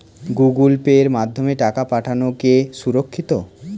Google পের মাধ্যমে টাকা পাঠানোকে সুরক্ষিত?